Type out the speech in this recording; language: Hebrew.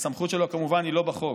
שהסמכות שלו כמובן היא לא בחוק,